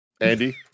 andy